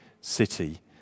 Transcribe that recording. city